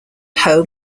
home